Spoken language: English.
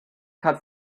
cut